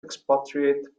expatriate